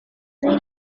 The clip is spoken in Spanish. lund